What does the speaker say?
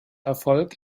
erfolg